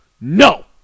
no